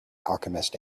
alchemist